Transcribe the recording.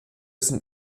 sind